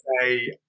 say